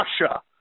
Russia